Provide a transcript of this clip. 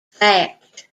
fact